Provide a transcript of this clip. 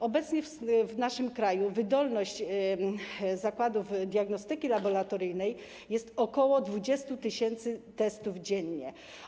Obecnie w naszym kraju wydolność zakładów diagnostyki laboratoryjnej jest na poziomie ok. 20 tys. testów dziennie.